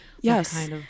yes